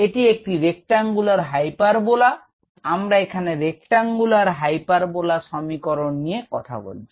এটি একটি rectangular hyperbola আমরা এখানে রেক্টাঙ্গুলার হাইপারবোলা সমীকরণ নিয়ে আমরা কথা বলছি